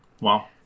Wow